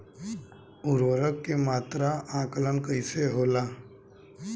उर्वरक के मात्रा में आकलन कईसे होला?